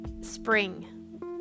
spring